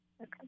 Okay